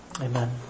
Amen